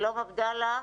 שלום עבדאללה.